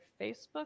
Facebook